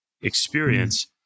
experience